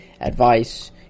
advice